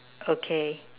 okay